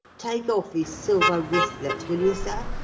take off his silver wristlets, will you, sir,